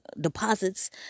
deposits